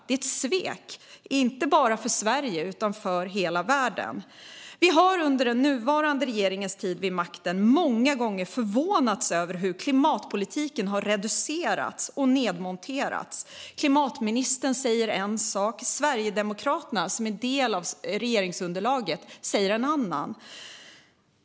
Det är ett svek, inte bara mot Sverige utan mot hela världen. Vi har under den nuvarande regeringens tid vid makten många gånger förvånats över hur klimatpolitiken har reducerats och nedmonterats. Klimatministern säger en sak; Sverigedemokraterna, som är en del av regeringsunderlaget, säger en annan.